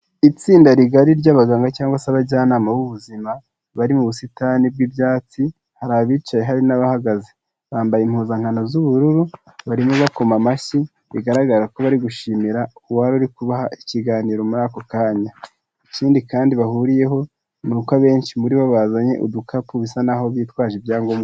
Itsinda rigari ry'abaganga cyangwa se abajyanama b'ubuzima, bari mu busitani bw'ibyatsi, hari abicaye hari n'abahagaze. Bambaye impuzankano z'ubururu, barimo bakoma amashyi bigaragara ko bari gushimira uwari uri kubaha ikiganiro muri ako kanya. Ikindi kandi bahuriyeho, ni uko abenshi muri bo bazanye udukapu bisa n'aho bitwaje ibyangombwa.